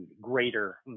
greater